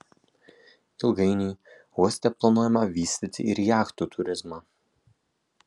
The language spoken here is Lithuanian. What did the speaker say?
ilgainiui uoste planuojama vystyti ir jachtų turizmą